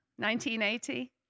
1980